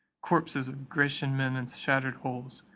corpses of grecian men and shattered hulls.